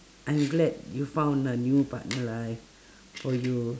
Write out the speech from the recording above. I'm glad you found a new partner like for you